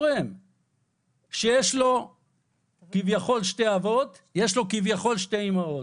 תורם שיש לו כביכול שני אבות וכביכול שתי אימהות?